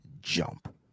jump